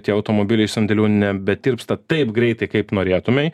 tie automobiliai iš sandėlių nebetirpsta taip greitai kaip norėtumei